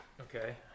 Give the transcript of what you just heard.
Okay